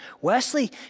Wesley